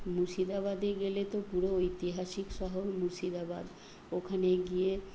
মুর্শিদাবাদে গেলে তো পুরো ঐতিহাসিক সহ মুর্শিদাবাদ ওখানে গিয়ে